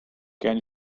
can